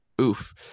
oof